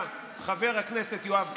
אז הוא היה חבר הכנסת יואב קיש,